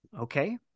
Okay